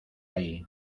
ahí